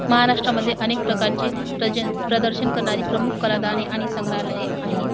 महाराष्ट्रामध्ये अनेक प्रकारचे प्रज प्रदर्शन करणारे प्रमुख कलादाने आणि संग्रहालये आहेत